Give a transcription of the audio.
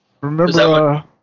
Remember